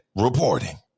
reporting